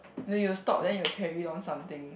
then you will stop then you will carry on something